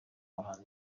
bahanzi